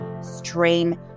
stream